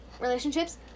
relationships